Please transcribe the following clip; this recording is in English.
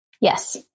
Yes